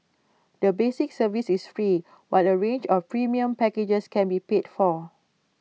the basic service is free while A range of premium packages can be paid for